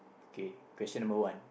okay question number one